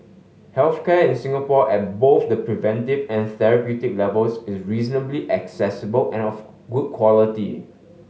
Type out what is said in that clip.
health care in Singapore at both the preventive and therapeutic levels is reasonably accessible and of good quality